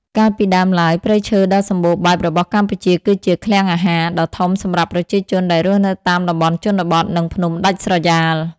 កាលពីដើមឡើយ ព្រៃឈើដ៏សំបូរបែបរបស់កម្ពុជាគឺជា "ឃ្លាំងអាហារ" ដ៏ធំសម្រាប់ប្រជាជនដែលរស់នៅតាមតំបន់ជនបទ និងភ្នំដាច់ស្រយាល។